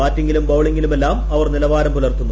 ബാറ്റിങിലും ബൌളിങിലുമെല്ലാം അവർ നിലവാരം പുലർത്തുന്നു